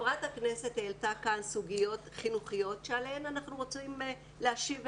חברת הכנסת העלתה כאן סוגיות חינוכיות שעליהן אנחנו רוצים להשיב ולענות.